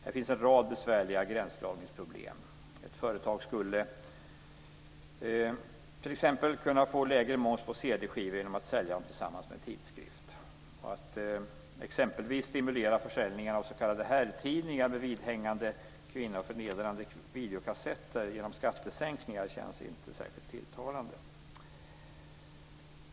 Det finns en rad besvärliga gränsdragningsproblem. Ett företag skulle t.ex. kunna få lägre moms på cd-skivor genom att sälja dem tillsammans med en tidskrift. Att exempelvis stimulera försäljningen av s.k. herrtidningar med vidhängande kvinnoförnedrande videokassetter genom skattesänkningar känns inte särskilt tilltalande.